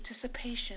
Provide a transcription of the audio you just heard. Participation